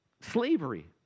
slavery